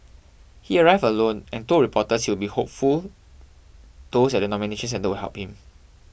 he arrived alone and told reporters he will be hopeful those at the nomination centre would help him